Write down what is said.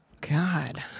God